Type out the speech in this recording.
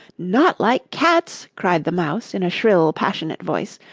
not like cats cried the mouse, in a shrill, passionate voice.